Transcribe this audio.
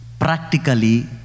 practically